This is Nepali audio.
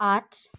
आठ